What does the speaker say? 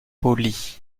poly